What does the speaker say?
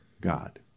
God